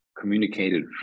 communicated